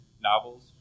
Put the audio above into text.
novels